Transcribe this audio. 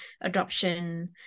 adoption